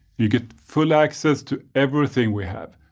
you get full access to everything we have,